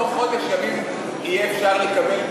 בתוך חודש ימים יהיה אפשר לקבל,